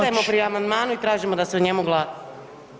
Ostajemo pri amandmanu i tražimo da se o njemu glasa.